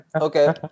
Okay